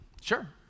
sure